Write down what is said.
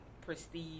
prestige